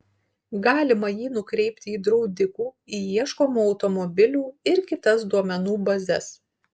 galima jį nukreipti į draudikų į ieškomų automobilių ir kitas duomenų bazes